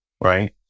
right